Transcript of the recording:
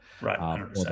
Right